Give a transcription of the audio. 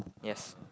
yes